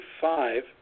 five